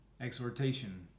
Exhortation